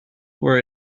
were